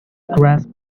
grasp